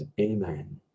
Amen